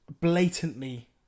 blatantly